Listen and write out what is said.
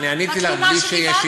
אני עניתי לך בלי שיש שאילתה.